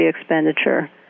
expenditure